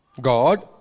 God